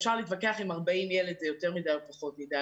אפשר להתווכח אם 40 ילדים זה יותר מדי או פחות מדי,